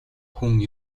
хүн